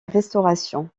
restauration